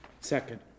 Second